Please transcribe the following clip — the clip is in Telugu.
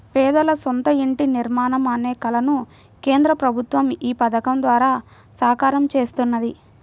పేదల సొంత ఇంటి నిర్మాణం అనే కలను కేంద్ర ప్రభుత్వం ఈ పథకం ద్వారా సాకారం చేస్తున్నది